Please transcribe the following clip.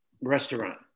restaurant